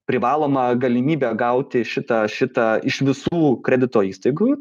privalomą galimybę gauti šitą šitą iš visų kredito įstaigų